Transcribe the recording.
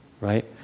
Right